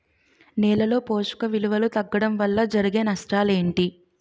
నేలలో పోషక విలువలు తగ్గడం వల్ల జరిగే నష్టాలేంటి?